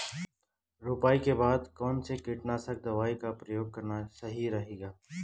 रुपाई के बाद कौन सी कीटनाशक दवाई का प्रयोग करना सही रहेगा?